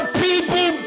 people